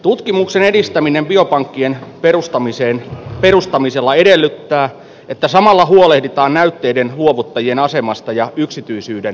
tutkimuksen edistäminen biopankkien perustamisella edellyttää että samalla huolehditaan näytteiden luovuttajien asemasta ja yksityisyydensuojasta